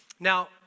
Now